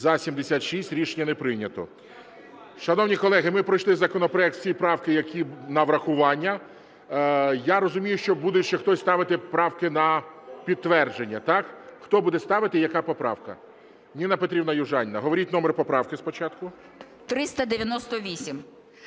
За-76 Рішення не прийнято. Шановні колеги, ми пройшли законопроект, всі правки, які на врахування. Я розумію, що буде ще хтось ставити правки на підтвердження, так. Хто буде ставити? Яка поправка? Ніна Петрівна Южаніна, говоріть номер поправки спочатку.